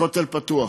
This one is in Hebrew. הכותל פתוח